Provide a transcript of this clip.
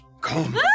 Come